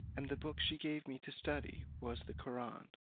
and the book she gave me to study was the koraun.